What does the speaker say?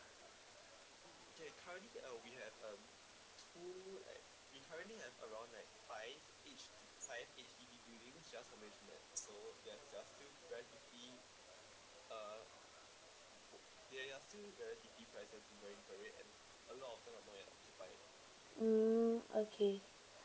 mm okay